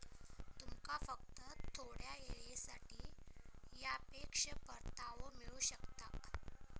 तुमका फक्त थोड्या येळेसाठी सापेक्ष परतावो मिळू शकता